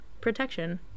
protection